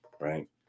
right